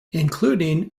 including